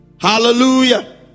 hallelujah